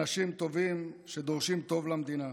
אנשים טובים, שדורשים טוב למדינה.